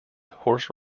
horse